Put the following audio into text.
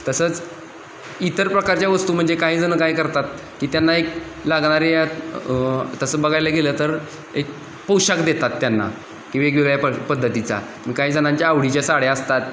तसंच इतर प्रकारच्या वस्तू म्हणजे काही जणं काय करतात की त्यांना एक लागणारी तसं बघायला गेलं तर एक पोषाख देतात त्यांना की वेगवेगळ्या प पद्धतीचा काही जणांच्या आवडीच्या साड्या असतात